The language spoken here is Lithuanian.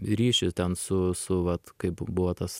ryšį ten su su vat kaip buvo tas